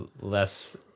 less